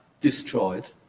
destroyed